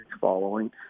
following